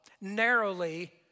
narrowly